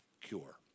cure